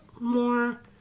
more